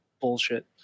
bullshit